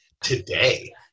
today